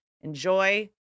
Enjoy